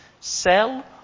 sell